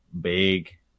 Big